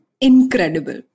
Incredible